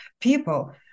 people